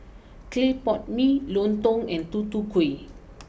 Clay Pot Mee Lontong and Tutu Kueh